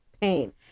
pain